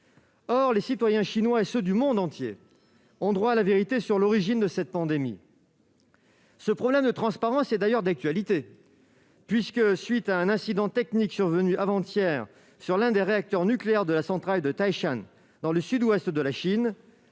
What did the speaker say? Or les citoyens chinois et ceux du monde entier ont droit à la vérité sur l'origine de cette pandémie. Ce problème de transparence est d'ailleurs d'actualité : à la suite d'un incident technique survenu avant-hier sur l'un des réacteurs nucléaires de la centrale de Taishan, dans le sud-ouest de la Chine,